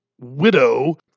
widow